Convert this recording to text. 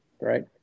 right